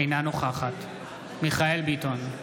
אינה נוכחת מיכאל מרדכי ביטון,